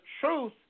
truth